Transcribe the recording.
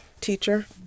teacher